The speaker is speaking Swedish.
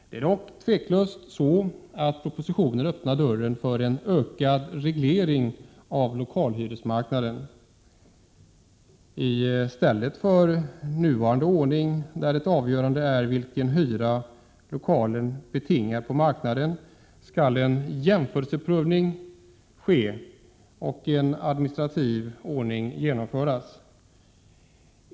Det är dock tveklöst så att propositionen öppnar dörren för en ökad reglering av lokalhyresmarknaden. I stället för nuvarande ordning, där det avgörande är vilken hyra lokalen betingar på marknaden, skall en jämförel seprövning ske och en administrativ ordning genomföras.